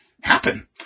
happen